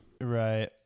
Right